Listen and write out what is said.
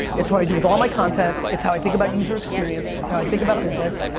it's what i do with all my content. it's how i think about user experience, it's how i think about business.